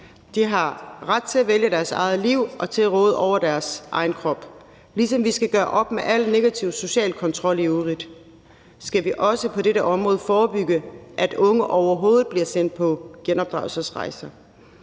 De har ret til at vælge deres eget liv og til at råde over deres egen krop. Ligesom vi skal gøre op med al negativ social kontrol i øvrigt, skal vi også på dette område forebygge, at unge overhovedet bliver sendt på genopdragelsesrejse.